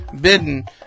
bidden